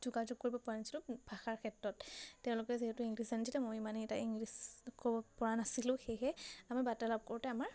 যোগাযোগ কৰিব পৰা নাছিলোঁ ভাষাৰ ক্ষেত্ৰত তেওঁলোকে যিহেতু ইংলিছ জানিছিলে মই ইমান সেই এটা ইংলিছ ক'ব পৰা নাছিলোঁ সেয়েহে আমি বাৰ্তালাপ কৰোঁতে আমাৰ